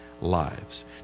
lives